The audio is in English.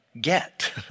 get